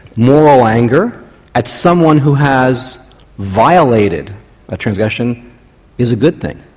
moral anger at someone who has violated a transgression is a good thing.